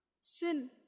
sin